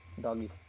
Doggy